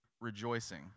rejoicing